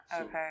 Okay